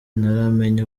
ntaramenya